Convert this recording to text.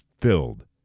filled